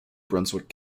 brunswick